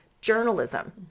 Journalism